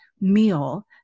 meal